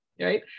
right